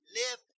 live